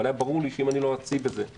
אבל היה ברור לי שאם לא אציב את זה כמשהו,